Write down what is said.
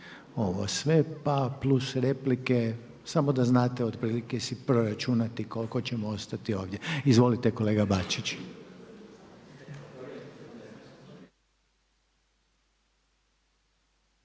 ovo sve, pa plus replike. Samo da znate otprilike si proračunati koliko ćemo ostati ovdje. Izvolite kolega Bačić.